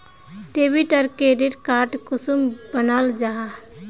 Debit आर credit card कुंसम बनाल जाहा?